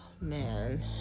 man